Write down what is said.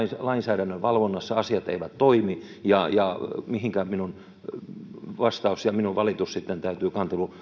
lainsäädännön valvonnassa asiat eivät toimi ja ja mihinkä minun kanteluni sitten täytyy